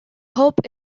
hub